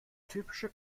typische